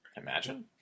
Imagine